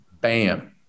bam